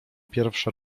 pierwsza